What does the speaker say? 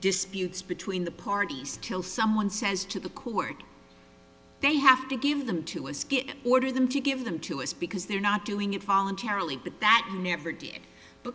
disputes between the parties till someone says to the court they have to give them to us get order them to give them to us because they're not doing it fallen terribly but that never did